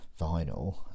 vinyl